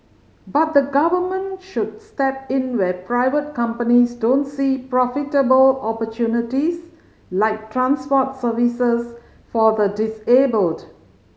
but the Government should step in where private companies don't see profitable opportunities like transport services for the disabled